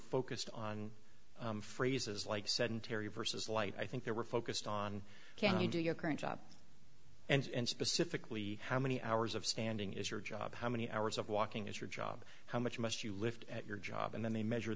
focused on phrases like sedentary versus light i think they were focused on can you do your current job and specifically how many hours of standing is your job how many hours of walking is your job how much must you lift at your job and then they measure